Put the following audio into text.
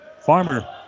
Farmer